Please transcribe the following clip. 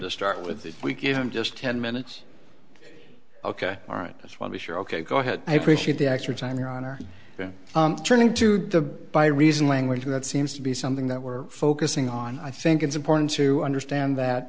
to start with we give him just ten minutes ok all right as well be sure ok go ahead i appreciate the extra time your honor then turning to the by reason language and that seems to be something that we're focusing on i think it's important to understand that